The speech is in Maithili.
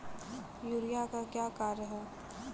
यूरिया का क्या कार्य हैं?